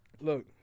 Look